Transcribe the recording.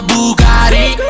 Bugatti